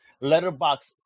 letterbox